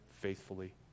faithfully